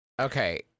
okay